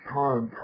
time